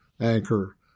anchor